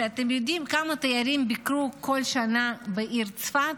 אתם יודעים כמה תיירים ביקרו כל שנה בעיר צפת?